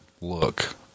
look